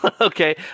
Okay